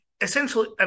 essentially